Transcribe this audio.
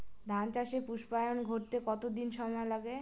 ধান চাষে পুস্পায়ন ঘটতে কতো দিন সময় লাগে?